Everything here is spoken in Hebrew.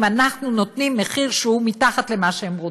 אנחנו נותנים מחיר שהוא מתחת למה שהן רוצות.